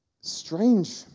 strange